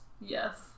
Yes